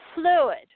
fluid